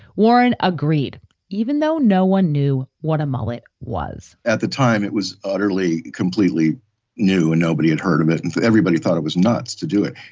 warren agreed even though no one knew what a mullet was at the time, it was utterly, completely new and nobody had heard of it and everybody thought it was nuts to do it.